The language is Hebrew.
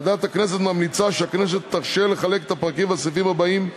ועדת הכנסת ממליצה שהכנסת תרשה לחלק את הפרקים בסעיפים הבאים,